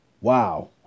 Wow